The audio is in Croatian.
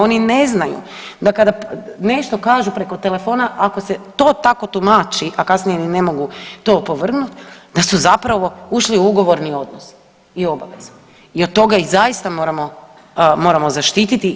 Oni ne znaju da kada nešto kažu preko telefona ako se to tako tumači, a kasnije ni ne mogu to opovrgnut da su zapravo ušli u ugovorni odnos i obavezu i od toga ih zaista moramo, moramo zaštititi.